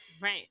Right